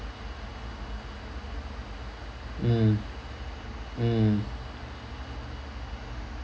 mm mm